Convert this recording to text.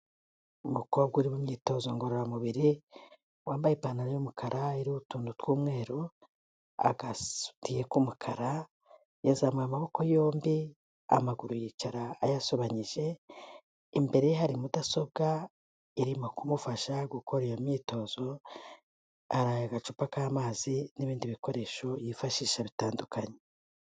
Umukobwa uri mu imyitozo ngororamubiri wambaye ipantaro y'umukara iriho utuntu tw'umweru, agasutiye k'umukara, yazamuye amaboko yombi, amaguru yicara ayasobanyije, imbere ye hari mudasobwa irimo kumufasha gukora iyo myitozo, hari agacupa k'amazi n'ibindi bikoresho yifashisha bitandukanye.